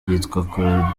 yitwa